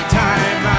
time